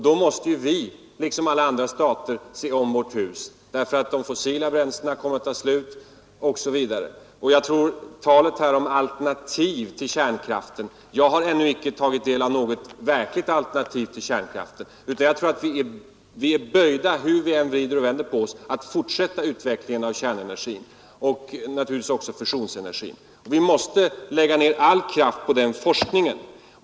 Då måste vi, liksom alla andra stater, se om vårt hus, därför att de fossila bränslena kommer att ta slut osv. Så till talet om alternativ till kärnkraften. Jag har ännu inte tagit del av något verkligt alternativ till kärnkraften. Hur vi än vrider och vänder oss är vi tvingade att fortsätta utvecklingen av kärnenergin och naturligtvis också av fusionsenergin. Vi måste lägga ner all kraft på den forskningen.